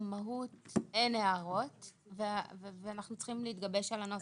במהות אין הערות ואנחנו צריכים להתגבש על הנוסח,